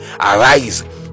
arise